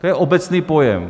To je obecný pojem.